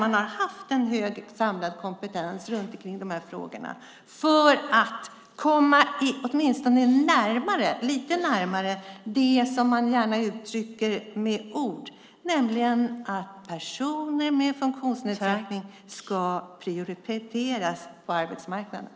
Man har ju nu tagit kompetensen från en samlad organisation och smetat ut på förmedlingarna, åtminstone här i Stockholm där man på Kronan hade en samlad hög kompetens i de här frågorna.